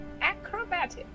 Acrobatics